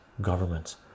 governments